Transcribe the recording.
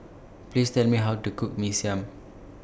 Please Tell Me How to Cook Mee Siam